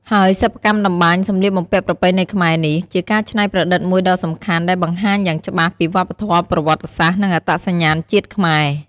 ហើយសិប្បកម្មត្បាញសម្លៀកបំពាក់ប្រពៃណីខ្មែរនេះ ជាការច្នៃប្រឌិតមួយដ៏សំខាន់ដែលបង្ហាញយ៉ាងច្បាស់ពីវប្បធម៌ ប្រវត្តិសាស្ត្រ និងអត្តសញ្ញាណជាតិខ្មែរ។